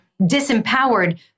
disempowered